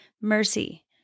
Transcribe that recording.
mercy